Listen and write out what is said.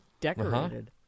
Decorated